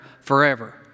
forever